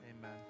amen